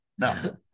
No